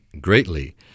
greatly